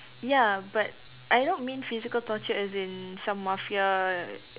ya but I don't mean physical torture as in some mafia